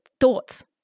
thoughts